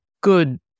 good